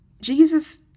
Jesus